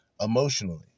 emotionally